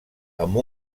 amb